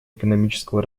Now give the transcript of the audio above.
экономического